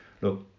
look